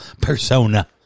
persona